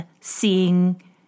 seeing